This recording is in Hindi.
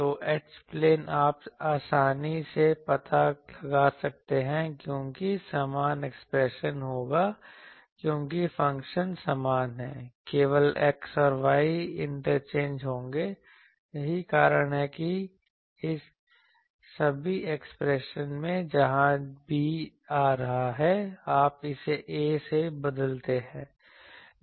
तो H प्लेन आप आसानी से पता लगा सकते हैं क्योंकि समान एक्सप्रेशन होंगी क्योंकि फ़ंक्शन समान है केवल x और y इंटरचेंज होंगे यही कारण है कि इस सभी एक्सप्रेशन में जहां b आ रहा है आप इसे a से बदलते हैं